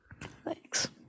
Thanks